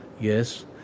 yes